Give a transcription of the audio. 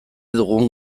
dugun